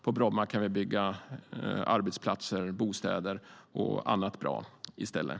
På Bromma kan vi bygga arbetsplatser, bostäder och annat bra i stället.